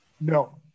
no